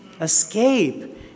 escape